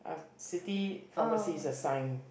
city pharmacy is a sign